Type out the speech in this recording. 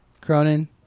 Cronin